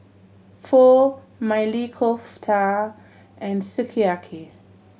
Pho Maili Kofta and Sukiyaki